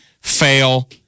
fail